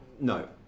No